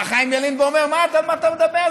בא חיים ילין ואומר: על מה אתה מדבר?